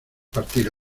partir